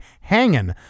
hanging